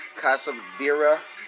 Casabira